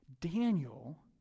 Daniel